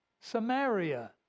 Samaria